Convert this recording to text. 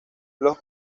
los